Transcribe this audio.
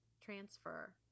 transfer